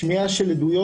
שמיעה של עדויות,